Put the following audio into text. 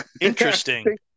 Interesting